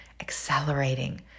accelerating